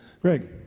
Greg